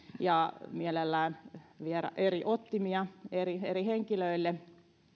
ja mielellään vielä eri ottimia eri eri henkilöille